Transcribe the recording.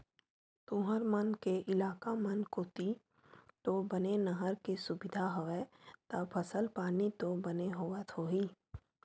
तुंहर मन के इलाका मन कोती तो बने नहर के सुबिधा हवय ता फसल पानी तो बने होवत होही?